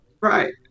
Right